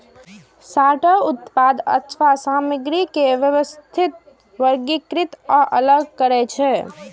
sorter उत्पाद अथवा सामग्री के व्यवस्थित, वर्गीकृत आ अलग करै छै